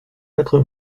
quatre